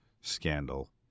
scandal